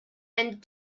and